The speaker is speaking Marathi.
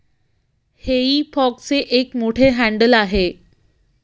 हेई फॉकचे एक मोठे हँडल आहे